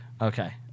Okay